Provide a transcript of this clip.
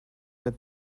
led